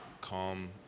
calm